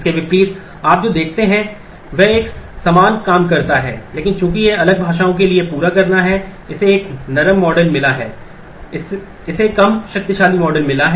इसके विपरीत आप जो देखते हैं वह एक समान काम करता है लेकिन चूंकि यह अलग भाषाओं के लिए पूरा करना है इसे एक नरम मॉडल मिला है इसे कम शक्तिशाली मॉडल मिला है